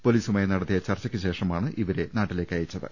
പൊലീസുമായി നടത്തിയ ചർച്ചയ്ക്ക് ശേഷമാണ് ഇവരെ നാട്ടിലേക്കയച്ചത്